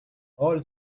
all